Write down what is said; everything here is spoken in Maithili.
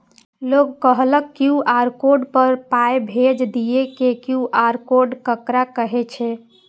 लोग कहलक क्यू.आर कोड पर पाय भेज दियौ से क्यू.आर कोड ककरा कहै छै?